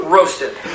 Roasted